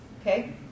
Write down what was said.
okay